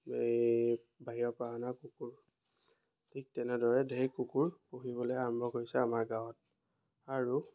এই বাহিৰৰ পৰা আনা কুকুৰ ঠিক তেনেদৰে ঢেৰ কুকুৰ পুহিবলৈ আৰম্ভ কৰিছে আমাৰ গাঁৱত আৰু